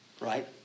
right